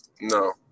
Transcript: No